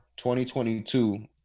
2022